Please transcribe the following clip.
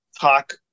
talk